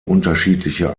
unterschiedliche